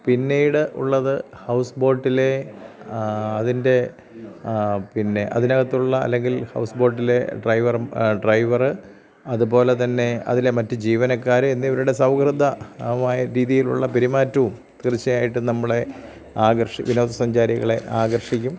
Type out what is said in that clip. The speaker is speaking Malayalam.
പിന്നീട് ഉള്ളത് ഹൗസ് ബോട്ടിലെ അതിൻ്റെ പിന്നെ അതിനകത്തുള്ള അല്ലെങ്കിൽ ഹൗസ് ബോട്ടിലെ ഡ്രൈവർ ഡ്രൈവറ് അതുപോലെതന്നെ അതിലെ മറ്റ് ജീവനക്കാര് എന്നിവരുടെ സൗഹൃദമായ രീതിയിലുള്ള പെരുമാറ്റവും തീർച്ചയായിട്ടും നമ്മളെ ആകർഷി വിനോദസഞ്ചാരികളെ ആകർഷിക്കും